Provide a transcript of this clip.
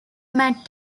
matt